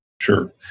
Sure